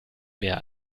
mehr